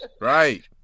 Right